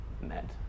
met